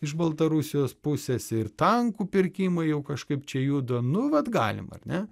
iš baltarusijos pusės ir tankų pirkimai jau kažkaip čia juda nu vat galim ar ne